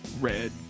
red